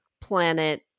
planet